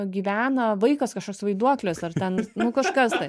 gyvena vaikas kažkoks vaiduoklis ar ten nu kažkas tai